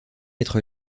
être